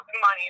money